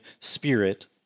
spirit